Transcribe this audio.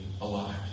alive